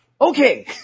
Okay